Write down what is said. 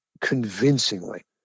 convincingly